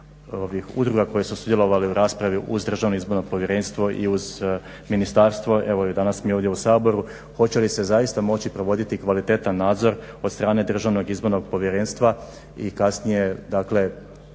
udruga koje su sudjelovale u raspravi uz Državno izborno povjerenstvo i uz Ministarstvo evo i danas mi ovdje u Saboru hoće li se zaista moći provoditi kvalitetan nadzor od strane Državnog izbornog povjerenstva i kasnije dakle